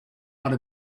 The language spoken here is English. ought